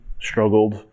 struggled